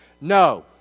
No